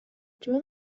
жөн